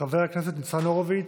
חבר הכנסת ניצן הורוביץ,